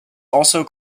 also